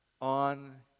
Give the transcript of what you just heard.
on